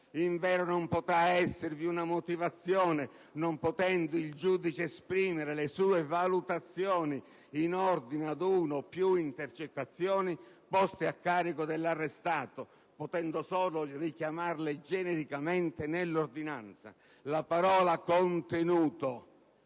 Invero non potrà esservi una motivazione, non potendo il giudice esprimere le sue valutazioni in ordine ad una o più intercettazioni poste a carico dell'arrestato, potendo solo richiamarle genericamente nell'ordinanza. La parola «contenuto»